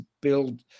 build